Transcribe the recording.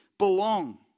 belong